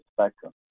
spectrum